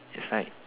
it's like